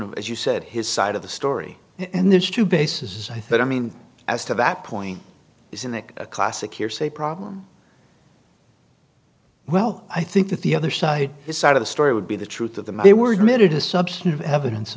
of as you said his side of the story and there's two bases i thought i mean as to that point isn't that a classic hearsay problem well i think that the other side his side of the story would be the truth of the may were committed is substantive evidence